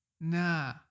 Nah